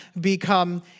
become